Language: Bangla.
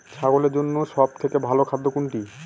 ছাগলের জন্য সব থেকে ভালো খাদ্য কোনটি?